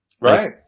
right